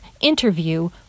interview